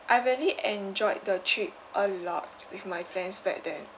I really enjoyed the trip a lot with my friends back then